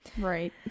right